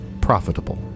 profitable